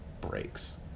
breaks